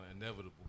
inevitable